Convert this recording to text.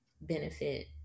benefit